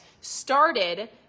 started